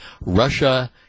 Russia